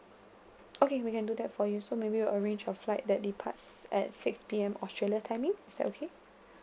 okay we can do that for you so maybe we'll arrange a flight that departs at six P_M australia timing is that okay